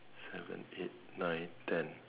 seven eight nine ten